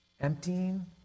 Emptying